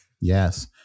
Yes